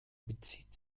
bezieht